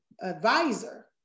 advisor